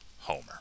Homer